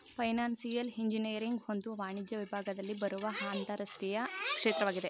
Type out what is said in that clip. financial engineering ಒಂದು ವಾಣಿಜ್ಯ ವಿಭಾಗದಲ್ಲಿ ಬರುವ ಅಂತರಶಿಸ್ತೀಯ ಕ್ಷೇತ್ರವಾಗಿದೆ